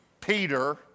Peter